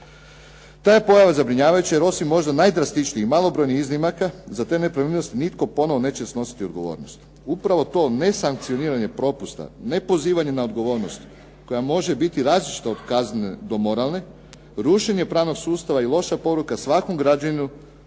Ta je pojava zabrinjavajuća jer osim možda najdrastičnijih i malobrojnih iznimaka za te nepravilnosti nitko ponovo neće snositi odgovornost. Upravo to nesankcioniranje propusta, nepozivanje na odgovornost koja može biti različita od kaznene do moralne, rušenje pravnog sustava i loša poruka svakom građaninu